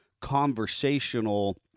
conversational